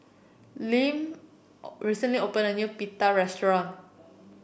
Liam recently opened a new Pita restaurant